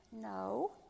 No